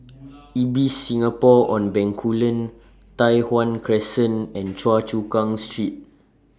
Ibis Singapore on Bencoolen Tai Hwan Crescent and Choa Chu Kang Street